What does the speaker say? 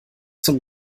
zum